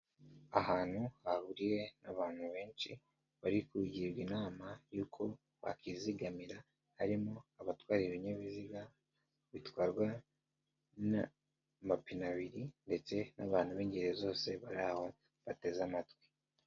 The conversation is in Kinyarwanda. Ahantu hahuriwe n'abantu benshi, bari kugirwa inama y'uko bakwizigamira, harimo abatwara ibinyabiziga bitwarwa n'amapine abiri ndetse n'abantu b'ingeri zose bari aho bateze amatwi.